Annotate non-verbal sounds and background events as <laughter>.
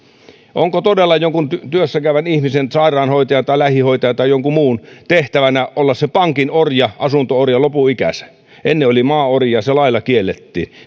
onko todella jonkun työssä käyvän ihmisen sairaanhoitajan tai lähihoitajan tai jonkun muun tehtävänä olla sen pankin orja asunto orja lopun ikänsä ennen oli maaorjia se lailla kiellettiin <unintelligible>